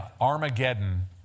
Armageddon